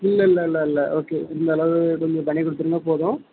இல்லைல்ல இல்லை ஓகே இந்தளவு கொஞ்ச பண்ணிக் கொடுத்தீங்கன்னா போதும்